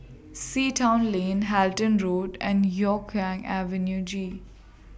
Sea Town Lane Halton Road and Hougang Avenue G